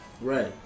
Right